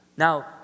Now